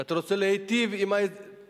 כשאתה רוצה להיטיב עם הציבור,